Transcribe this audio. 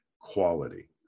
quality